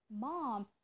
mom